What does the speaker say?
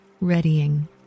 readying